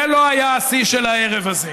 זה לא היה השיא של הערב הזה.